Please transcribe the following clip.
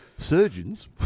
Surgeons